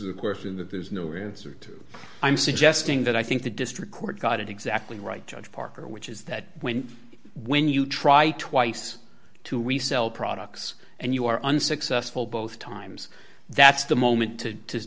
is of course in that there's no room suit i'm suggesting that i think the district court got it exactly right judge parker which is that when when you try twice to resell products and you are unsuccessful both times that's the moment to